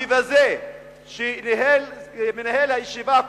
אלה אחים שלנו וזה חלק מההיסטוריה והתרבות שלנו.